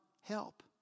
help